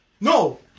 No